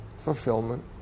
fulfillment